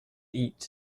eat